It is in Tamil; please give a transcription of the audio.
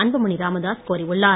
அன்புமணி ராமதாஸ் கோரியுள்ளார்